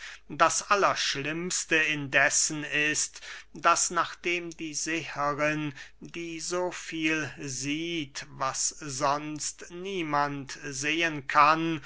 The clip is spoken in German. das allerschlimmste indessen ist daß nachdem die seherin die so viel sieht was sonst niemand sehen kann